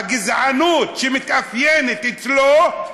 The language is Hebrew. בגזענות שמתאפיינת אצלו,